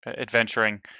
adventuring